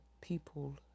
people